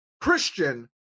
Christian